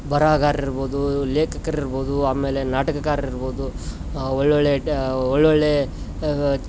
ಬರಹಾಗಾರರು ಇರ್ಬೌದು ಲೇಖಕರ್ ಇರ್ಬೌದು ಆಮೇಲೆ ನಾಟಕಗಾರರು ಇರ್ಬೌದು ಒಳ್ಳೊಳ್ಳೆಯ ಒಳ್ಳೊಳ್ಳೆಯ